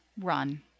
run